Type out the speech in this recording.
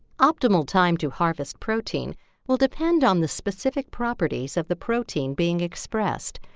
optimal time to harvest protein will depend on the specific properties of the protein being expressed.